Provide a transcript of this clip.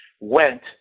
went